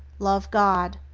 love god.